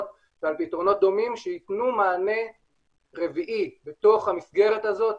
ועל פתרונות דומים שייתנו מענה רביעי בתוך המסגרת הזאת